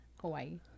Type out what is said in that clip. Hawaii